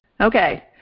Okay